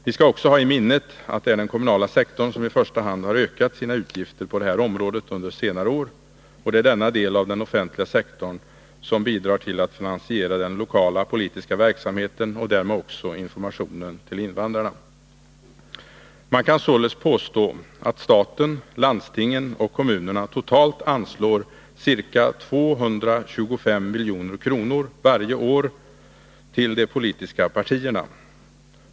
Vi skall också ha i minnet att det är den kommunala sektorn som i första hand har ökat sina utgifter på det här området under senare år, och det är denna del av den offentliga sektorn som bidrar till att finansiera den lokala politiska verksamheten och därmed också informationen till invandrarna. Man kan således påstå, att staten, landstingen och kommunerna totalt anslår ca 225 milj.kr. varje år till de politiska partierna.